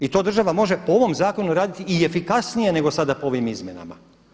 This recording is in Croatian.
I to država može po ovom zakonu raditi i efikasnije nego sada po ovim izmjenama.